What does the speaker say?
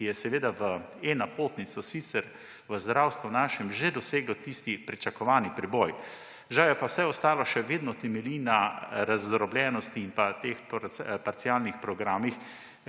ki je z e-napotnico sicer v našem zdravstvu že doseglo tisti pričakovani preboj. Žal pa vse ostalo še vedno temelji na razdrobljenosti in teh parcialnih programih,